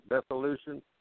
dissolution